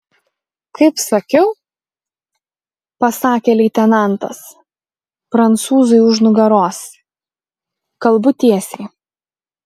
kaip sakiau pasakė leitenantas prancūzui už nugaros kalbu tiesiai